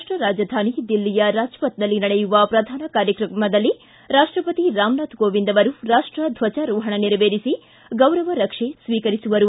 ರಾಷ್ಟ ರಾಜಧಾನಿ ದಿಲ್ಲಿಯ ರಾಜ್ಪಥ್ನಲ್ಲಿ ನಡೆಯುವ ಪ್ರಧಾನ ಕಾರ್ಯಕ್ರಮದಲ್ಲಿ ರಾಷ್ಟಪತಿ ರಾಮನಾಥ್ ಕೋವಿಂದ್ ರಾಷ್ಟ ದ್ವಜಾರೋಹಣ ನೆರವೇರಿಸಿ ಗೌರವ ರಕ್ಷೆ ಸ್ವೀಕರಿಸುವರು